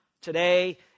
today